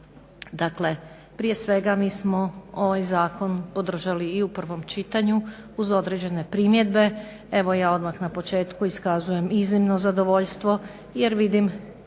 Dakle prije svega mi smo ovaj zakon podržali i u prvom čitanju uz određene primjedbe. Evo ja odmah na početku iskazujem iznimno zadovoljstvo jer vidim